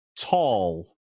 tall